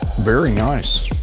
very nice,